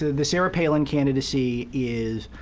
the sarah palin candidacy is,